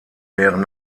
deren